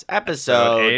episode